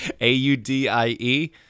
A-U-D-I-E